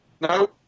No